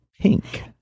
pink